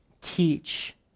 teach